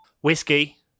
Whiskey